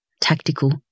tactical